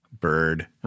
bird